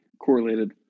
correlated